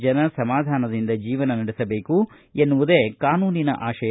ಜನ ಸಮಾಧಾನದಿಂದ ಜೀವನ ನಡೆಸಬೇಕು ಎನ್ನುವುದೇ ಕಾನೂನಿನ ಆಶಯ